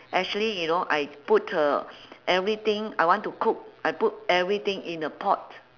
actually you know I put uh everything I want to cook I put everything in a pot